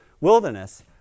wilderness